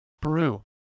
Peru